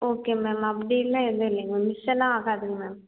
okay ma'am அப்படில்லாம் எதுவும் இல்லங்க மேம் மிஸ்ஸெல்லாம் ஆகாதுங்க மேம்